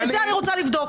את זה אני רוצה לבדוק.